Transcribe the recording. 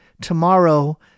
tomorrow